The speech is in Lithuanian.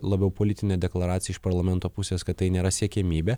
labiau politinė deklaracija iš parlamento pusės kad tai nėra siekiamybė